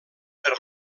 per